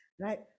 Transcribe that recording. right